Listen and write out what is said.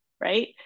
right